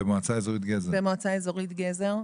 במועצה אזורית גזר.